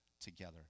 together